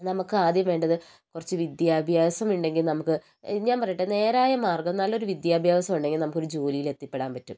നമുക്കാദ്യം വേണ്ടത് കുറച്ചു വിദ്യാഭ്യാസം ഉണ്ടെങ്കിൽ നമുക്ക് ഞാൻ പറയട്ടെ നേരായ മാർഗ്ഗം നല്ലൊരു വിദ്യാഭ്യാസം ഉണ്ടെങ്കിൽ നമുക്കൊരു ജോലിയിലെത്തിപ്പെടാൻ പറ്റും